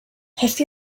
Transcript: have